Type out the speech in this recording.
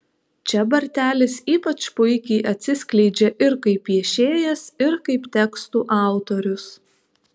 čia bartelis ypač puikiai atsiskleidžia ir kaip piešėjas ir kaip tekstų autorius